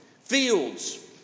fields